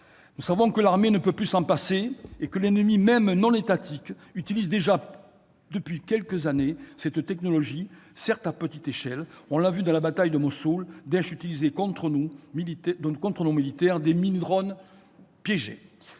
Nous savons que l'armée ne peut plus s'en passer et que l'ennemi, même non étatique, utilise depuis quelques années déjà cette technologie, certes à petite échelle. On l'a vu dans la bataille de Mossoul, Daech utilisait contre nos militaires des mini-drones piégés.